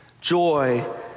joy